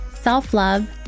self-love